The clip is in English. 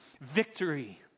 victory